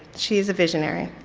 she is a visionary.